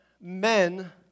men